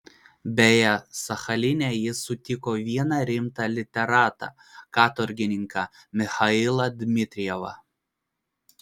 beje sachaline jis sutiko vieną rimtą literatą katorgininką michailą dmitrijevą